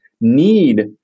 need